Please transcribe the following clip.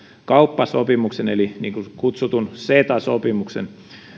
kauppasopimuksen eli niin kutsutun ceta sopimuksen